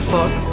Fuck